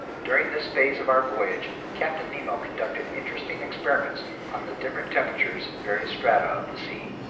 during this phase of our voyage, captain nemo conducted interesting experiments on the different temperatures in various strata of the sea.